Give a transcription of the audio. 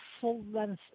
full-length